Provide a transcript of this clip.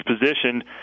position